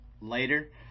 later